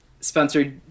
Spencer